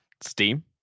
Steam